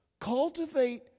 cultivate